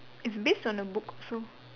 it's based on a book so